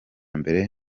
mbere